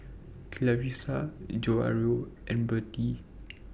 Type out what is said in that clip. Clarisa Jairo and Bertie